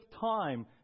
time